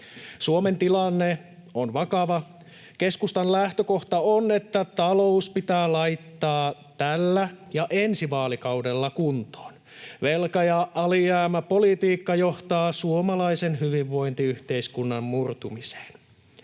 Suomen tilanne on vakava. Keskustan lähtökohta on, että talous pitää laittaa tällä ja ensi vaalikaudella kuntoon. Velka- ja alijäämäpolitiikka johtaa suomalaisen hyvinvointiyhteiskunnan murtumiseen.